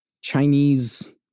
chinese